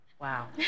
Wow